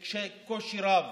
יש קושי רב